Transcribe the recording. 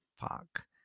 fuck